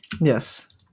Yes